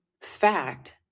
fact